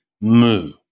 moo